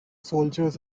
soldiers